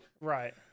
Right